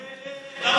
אה,